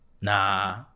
nah